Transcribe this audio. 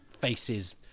faces